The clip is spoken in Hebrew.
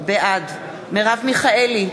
בעד מרב מיכאלי,